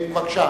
בבקשה.